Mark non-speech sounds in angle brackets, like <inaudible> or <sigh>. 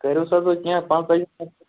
کٔرۍہُس حظ وۄنۍ کیٚنٛہہ پانٛژھ تٲجی <unintelligible>